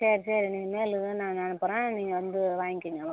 சரி சரி நீங்கள் மேலும் நான் அனுப்புகிறேன் நீங்கள் வந்து வாங்கிக்கோங்க